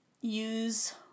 use